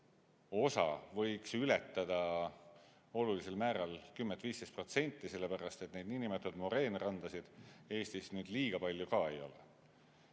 osa võiks ületada olulisel määral 10–15%, sellepärast et neid niinimetatud moreenrandasid Eestis nüüd liiga palju ka ei ole.